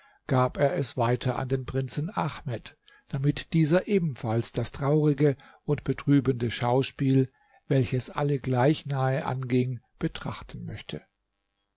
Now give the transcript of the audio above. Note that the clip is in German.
gab er es weiter an den prinzen ahmed damit dieser ebenfalls das traurige und betrübende schauspiel welches alle gleich nahe anging betrachten möchte